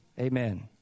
Amen